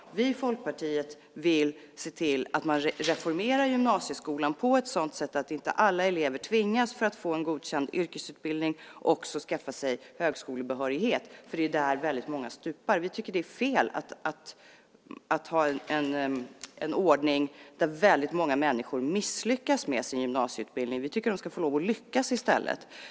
Vi i Folkpartiet vill se till att man reformerar gymnasieskolan på ett sådant sätt att inte alla elever tvingas, för att få en godkänd yrkesutbildning, skaffa sig högskolebehörighet. Det är där väldigt många stupar. Vi tycker att det är fel att ha en ordning där väldigt många människor misslyckas med sin gymnasieutbildning. Vi tycker att de ska få lyckas i stället.